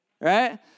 Right